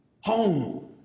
home